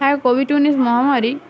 হ্যাঁ কোভিড উনিস মহামারী